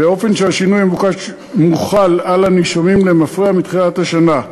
באופן שהשינוי המבוקש מוחל על הנישומים למפרע מתחילת השנה.